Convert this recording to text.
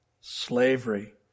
slavery